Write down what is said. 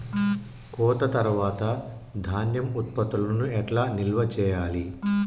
కోత తర్వాత ధాన్యం ఉత్పత్తులను ఎట్లా నిల్వ చేయాలి?